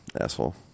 Asshole